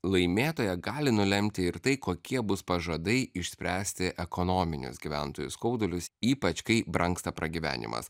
laimėtoją gali nulemti ir tai kokie bus pažadai išspręsti ekonominius gyventojų skaudulius ypač kai brangsta pragyvenimas